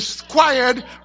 required